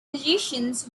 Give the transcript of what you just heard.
musicians